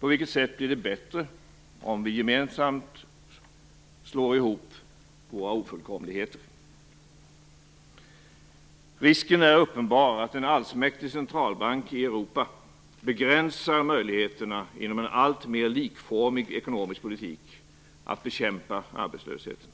På vilket sätt blir det bättre om vi gemensamt slår ihop våra ofullkomligheter? Risken är uppebar att en allsmäktig centralbank i Europa genom en alltmer likformig ekonomisk politik begränsar möjligheterna att bekämpa arbetslösheten.